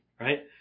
right